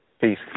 Peace